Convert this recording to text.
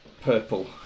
purple